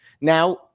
Now